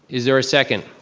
is there a second?